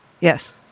Yes